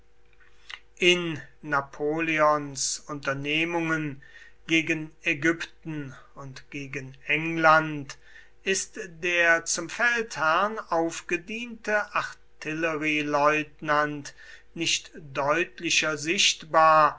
in napoleons unternehmungen gegen ägypten und gegen england ist der zum feldherrn aufgediente artillerieleutnant nicht deutlicher sichtbar